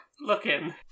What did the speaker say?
looking